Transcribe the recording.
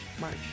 March